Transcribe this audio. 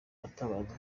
atabaza